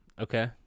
Okay